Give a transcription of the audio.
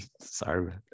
sorry